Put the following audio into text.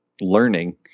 learning